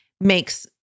makes